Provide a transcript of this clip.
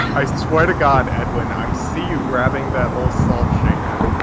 i swear to god, edwin, i see you grabbing that little salt shaker.